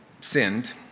sinned